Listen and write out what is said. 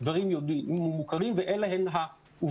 הדברים מוכרים, ואלה הן העובדות.